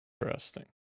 Interesting